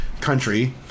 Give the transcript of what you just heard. country